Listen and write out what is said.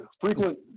frequent